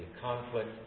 conflict